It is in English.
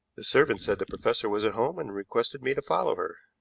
the servant said the professor was at home and requested me to follow her.